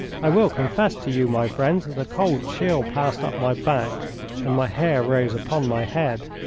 i will confess to you, my friends, that a cold chill passed up my back and my hair rose upon my head.